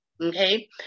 okay